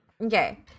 Okay